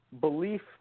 belief